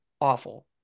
awful